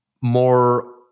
more